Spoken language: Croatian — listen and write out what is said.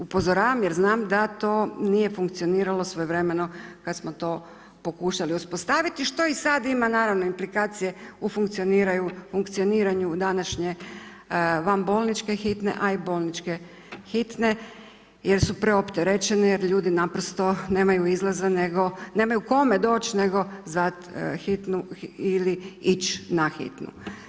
Upozoravam jer znam da to nije funkcioniralo svojevremeno kada smo to pokušali uspostaviti, što i sad ima naravno implikacije u funkcioniranju današnje vanbolničke hitne, a i bolničke hitne jer su preopterećene jer ljudi naprosto nemaju izlaza, nego nemaju kome doći, nego zvati hitnu ili ići na hitnu.